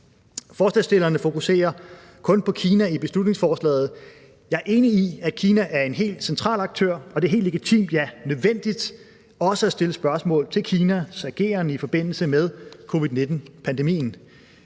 Forslagsstillerne fokuserer kun på Kina i beslutningsforslaget. Jeg er enig i, at Kina er en helt central aktør, og det er helt legitimt, ja, nødvendigt også at stille spørgsmål til Kinas ageren i forbindelse med covid-19-pandemien.